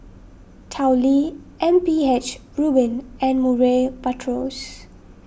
Tao Li M P H Rubin and Murray Buttrose